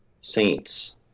saints